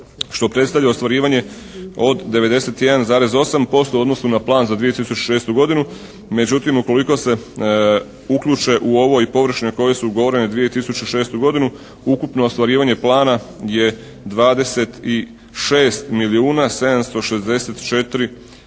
što predstavlja ostvarivanje od 91,8% u odnosu na plan za 2006. godinu. Međutim ukoliko se uključe u ovo i površine koje su ugovorene za 2006. godinu ukupno ostvarivanje plana je 26 milijuna 764 tisuće